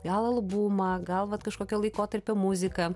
gal albumą gal vat kažkokio laikotarpio muziką